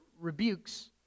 rebukes